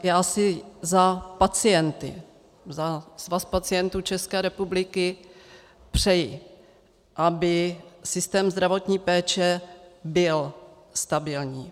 Já si ale za pacienty, za Svaz pacientů České republiky přeji, aby systém zdravotní péče byl stabilní.